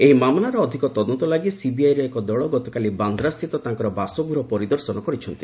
ଏହି ମାମଲାର ଅଧିକ ତଦନ୍ତ ଲାଗି ସିବିଆଇର ଏକ ଦଳ ଗତକାଲି ବାନ୍ଦ୍ରାସ୍ଥିତ ତାଙ୍କର ବାସଗୃହ ପରିଦର୍ଶନ କରିଛନ୍ତି